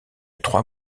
trois